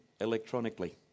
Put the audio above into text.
electronically